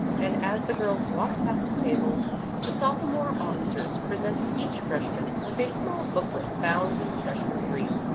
and as the girls walked past the table the sophomore officers presented each freshman with a small booklet bound in the freshman green,